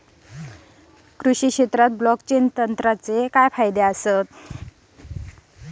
कृषी क्षेत्रात ब्लॉकचेन तंत्रज्ञानाचे काय फायदे आहेत?